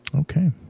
Okay